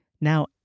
Now